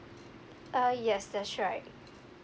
uh yes that's right